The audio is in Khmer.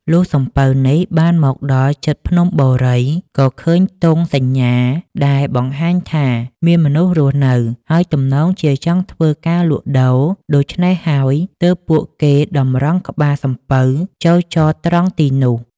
លុះសំពៅនេះបានមកដល់ជិតភ្នំបូរី ក៏ឃើញទង់សញ្ញាដែលបង្ហាញថាមានមនុស្សរស់នៅ ហើយទំនងជាចង់ធ្វើការលក់ដូរ ដូច្នេះហើយទើបពួកគេតម្រង់ក្បាលសំពៅចូលចតត្រង់ទីនោះ។